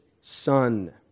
Son